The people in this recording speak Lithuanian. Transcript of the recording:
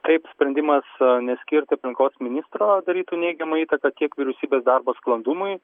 taip sprendimas neskirti aplinkos ministro darytų neigiamą įtaką tiek vyriausybės darbo sklandumui